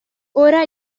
ora